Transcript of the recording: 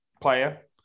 player